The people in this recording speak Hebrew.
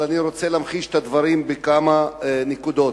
אני רוצה להמחיש את הדברים בכמה נקודות: